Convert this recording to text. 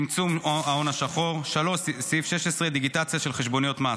מימים י"ג עד ט"ו בטבת התשפ"ה, 13 ו-15 בינואר.